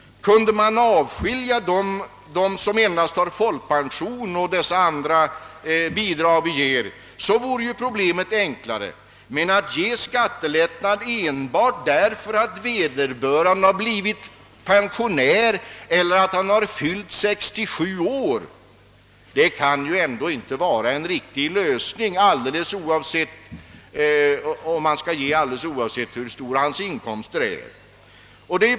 Kunde man avskilja dem som endast har folkpension och de bidrag jag här nämnt vore problemet enklare. Men det kan inte vara en riktig lösning att alldeles oavsett hur stora inkomsterna är ge skattelättnad enbart därför att vederbörande blivit pensionär eller fyllt 67 år.